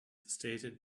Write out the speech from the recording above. stated